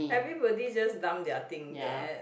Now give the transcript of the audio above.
everybody just dump their thing there